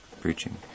preaching